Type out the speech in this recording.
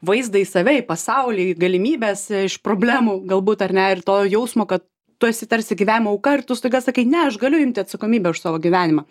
vaizdą į save į pasaulį į galimybes iš problemų galbūt ar ne ir to jausmo kad tu esi tarsi gyvenimo auka ir tu staiga sakai ne aš galiu imti atsakomybę už savo gyvenimą